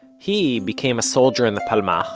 he became a soldier in the palmach,